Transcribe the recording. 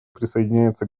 присоединяется